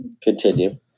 Continue